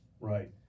Right